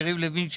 יריב לוין,